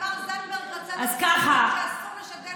תמר זנדברג רצתה להוציא חוק שאסור לשדל להניח תפילין.